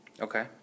Okay